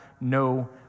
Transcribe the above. no